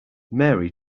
mary